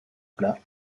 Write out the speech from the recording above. plat